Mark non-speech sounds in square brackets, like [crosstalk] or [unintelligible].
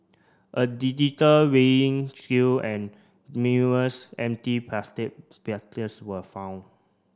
a digital weighing scale and numerous empty plastic [unintelligible] were found